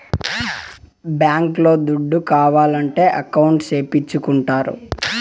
bank లో దుడ్లు ఏయాలంటే అకౌంట్ సేపిచ్చుకుంటారు